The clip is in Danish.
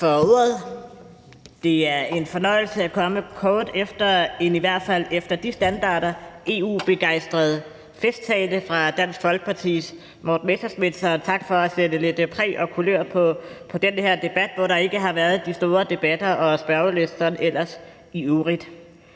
for ordet. Det er en fornøjelse at komme på kort efter en i hvert fald efter de standarder EU-begejstret festtale fra Dansk Folkepartis Morten Messerschmidt. Så tak for at præge og sætte lidt kulør på den her debat, hvor der ikke har været de store diskussioner og den store spørgelyst sådan ellers i øvrigt.